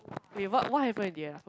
wait what what happened in the end ah I f~